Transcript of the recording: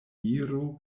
miro